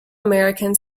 american